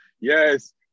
Yes